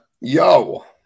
yo